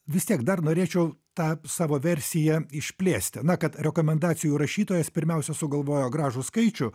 vis tiek dar norėčiau tą savo versiją išplėsti na kad rekomendacijų rašytojas pirmiausia sugalvojo gražų skaičių